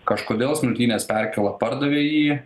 kažkodėl smiltynės perkėla pardavė jį